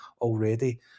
already